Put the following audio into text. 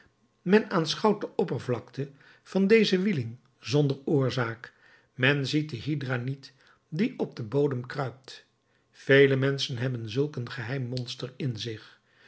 men aanschouwt de oppervlakte van deze wieling zonder oorzaak men ziet de hydra niet die op den bodem kruipt vele menschen hebben zulk een geheim monster in zich